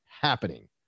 happening